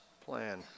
plan